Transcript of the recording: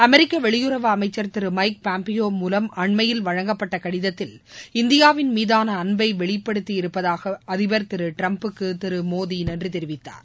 அமெரிக்க வெளியுறவு அமைச்சர் திரு மைக் பாம்ப்பியோ மூலம் அண்மையில் வழங்கப்பட்ட கடிதத்தில் இந்தியாவின் மீதாள அன்பை வெளிப்படுத்தியிருப்பதற்காக அதிபர் திரு ட்ரம்ப்புக்கு திரு மோடி நன்றி தெரிவித்தார்